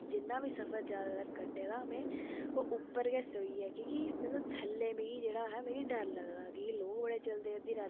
जिन्ना बी सफर जादैतर कट्टे दा में ओह् उइप्पर गै सेइयै की के में थल्लै बेहियै डर बड़ा लगदा की के लोग बड़े चलदे रातीं